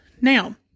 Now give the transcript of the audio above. Now